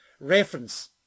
reference